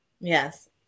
Yes